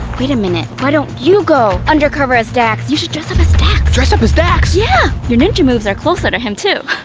wait a minute, why don't you go undercover as dax? you should dress up as dax! dress up as dax? yeah, your ninja moves are closer to him, too.